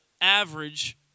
average